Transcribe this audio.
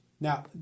Now